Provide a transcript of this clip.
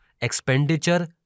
expenditure